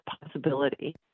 possibility